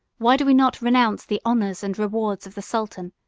why do we not renounce the honors and rewards of the sultan,